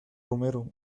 romero